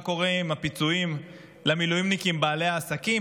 מה קורה עם הפיצויים למילואימניקים בעלי העסקים,